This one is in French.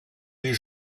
les